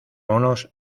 monos